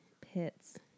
pits